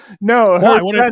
No